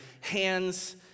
hands